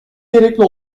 gerekli